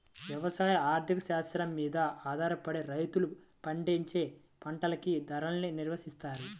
యవసాయ ఆర్థిక శాస్త్రం మీద ఆధారపడే రైతులు పండించే పంటలకి ధరల్ని నిర్నయిత్తారు